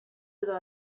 edo